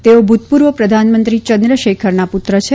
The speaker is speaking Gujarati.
તેઓ ભૂતપૂર્વ પ્રધાનમંત્રી ચંદ્રશેખરના પુત્ર છે